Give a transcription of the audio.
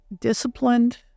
disciplined